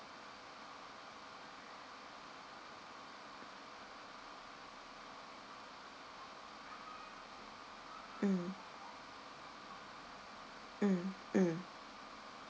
mm mm mm